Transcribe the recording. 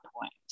point